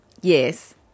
Yes